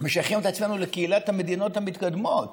משייכים את עצמנו לקהילת המדינות המתקדמות,